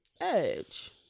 Edge